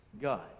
God